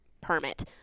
permit